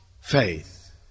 faith